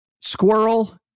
Squirrel